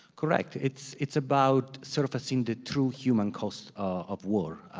correct. it's it's about surfacing the true human cost of war,